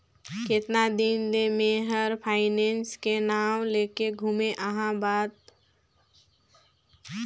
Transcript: केतना दिन ले मे हर फायनेस के नाव लेके घूमें अहाँ का बतावं तोला